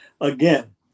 again